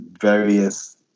various